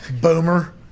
Boomer